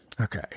Okay